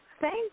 Thank